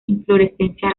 inflorescencia